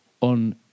on